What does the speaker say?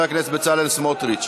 חבר הכנסת בצלאל סמוטריץ,